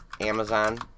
Amazon